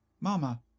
Mama